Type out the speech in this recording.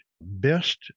best